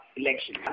election